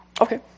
Okay